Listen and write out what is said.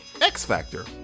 X-Factor